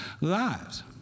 lives